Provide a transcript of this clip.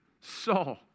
Saul